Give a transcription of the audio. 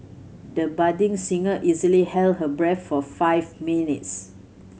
the budding singer easily held her breath for five minutes